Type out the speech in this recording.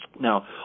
Now